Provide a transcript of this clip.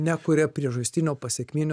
nekuria priežastinio pasėkminio